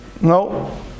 No